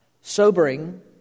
sobering